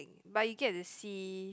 but you get to see